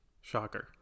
Shocker